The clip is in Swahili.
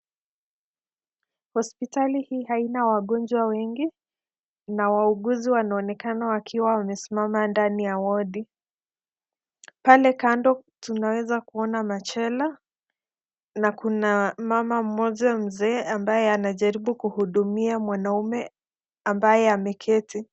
Hospitali hii haina wagonjwa wengi na wauguzi wanaonekana wakiwa wamesimama ndani ya wodi. Pale kando tunaweza kuona machela na kuna mama mmoja mzee ambaye anajaribu kuhudumia mwanaume amabaye ameketi.